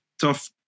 tough